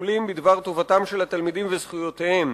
בשיקולים בדבר טובתם של התלמידים וזכויותיהם.